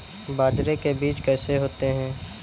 बाजरे के बीज कैसे होते हैं?